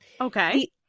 Okay